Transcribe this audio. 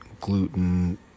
gluten